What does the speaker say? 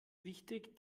wichtig